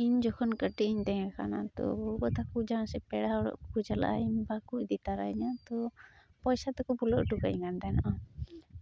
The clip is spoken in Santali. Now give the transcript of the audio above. ᱤᱧ ᱡᱚᱠᱷᱚᱱ ᱠᱟᱹᱴᱤᱡᱤᱧ ᱛᱟᱦᱮᱸ ᱠᱟᱱᱟ ᱛᱳ ᱜᱚᱼᱵᱟᱵᱟ ᱛᱟᱠᱚ ᱡᱟᱦᱟᱸᱥᱮᱫ ᱯᱮᱲᱟᱦᱚᱲᱚᱜ ᱠᱚ ᱪᱟᱞᱟᱜᱼᱟ ᱤᱧ ᱵᱟᱠᱚ ᱤᱫᱤᱛᱚᱨᱟᱭᱤᱧᱟᱹ ᱛᱳ ᱯᱚᱭᱥᱟ ᱛᱮᱠᱚ ᱵᱷᱩᱞᱟᱹᱣ ᱚᱴᱚᱠᱟᱹᱧ ᱛᱟᱦᱮᱸᱫ